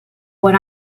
what